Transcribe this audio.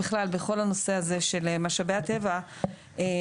בכלל בכל הנושא הזה של משאבי הטבע בכל